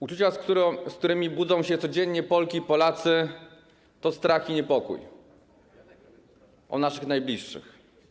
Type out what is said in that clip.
Uczucia, z którymi budzą się codziennie Polki i Polacy to strach i niepokój o naszych najbliższych.